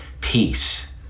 peace